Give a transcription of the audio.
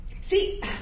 See